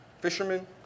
fishermen